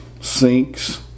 sinks